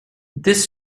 this